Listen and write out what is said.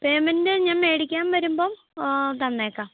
payment ഞാൻ മേടിക്കാൻ വരുമ്പോൾ തന്നേക്കാം